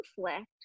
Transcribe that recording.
conflict